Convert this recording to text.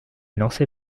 lancée